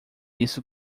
isso